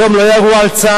היום לא ירו על צה"ל?